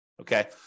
Okay